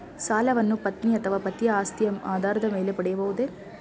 ಸಾಲವನ್ನು ಪತ್ನಿ ಅಥವಾ ಪತಿಯ ಆಸ್ತಿಯ ಆಧಾರದ ಮೇಲೆ ಪಡೆಯಬಹುದೇ?